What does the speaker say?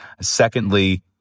Secondly